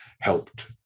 helped